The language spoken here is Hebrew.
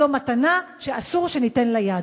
זו מתנה שאסור שניתן לה יד.